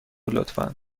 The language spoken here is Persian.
لطفا